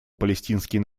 палестинский